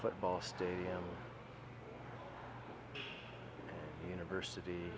football stadium university